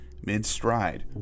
mid-stride